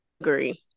agree